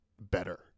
better